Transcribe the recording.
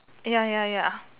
ya ya ya